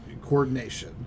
Coordination